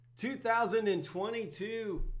2022